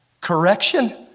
correction